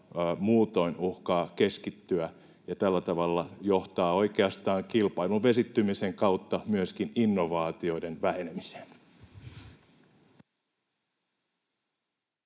muutoin uhkaa keskittyä ja tällä tavalla johtaa oikeastaan kilpailun vesittymisen kautta myöskin innovaatioiden vähenemiseen.